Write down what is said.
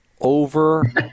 over